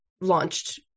launched